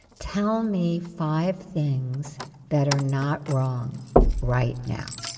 tell me five things that are not wrong right now.